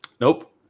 Nope